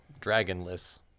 dragonless